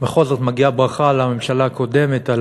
בכל זאת מגיעה ברכה לממשלה הקודמת על